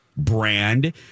brand